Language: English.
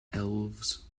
elves